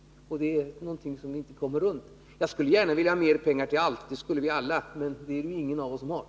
Detta är någonting som vi inte kommer runt. Jag skulle gärna vilja ha mer pengar till allt — det skulle vi alla, men det är det ingen av oss som har.